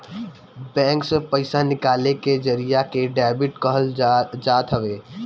bank से पईसा निकाले के जरिया के डेबिट कहल जात हवे